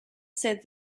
said